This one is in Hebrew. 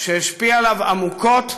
שהשפיע עליו עמוקות,